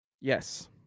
yes